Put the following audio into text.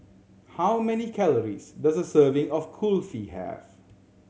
how many calories does a serving of Kulfi have